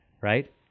right